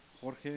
jorge